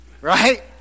right